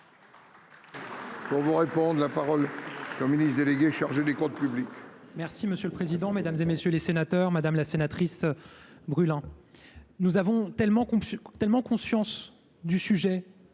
Pour vous répondre la parole comme ministre délégué chargé des comptes publics.